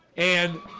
and